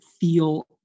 feel